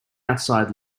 outside